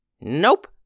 Nope